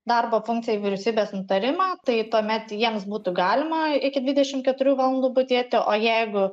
darbo funkcija į vyriausybės nutarimą tai tuomet jiems būtų galima iki dvidešim keturių valandų budėti o jeigu